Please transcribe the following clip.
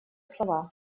слова